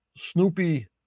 snoopy